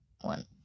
one